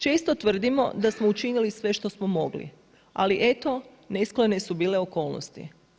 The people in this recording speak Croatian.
Često tvrdimo da smo učinili sve što smo mogli, ali eto nesklone su bile okolnosti.